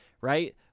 right